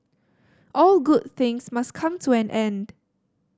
all good things must come to an end